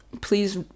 please